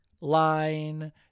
line